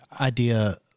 idea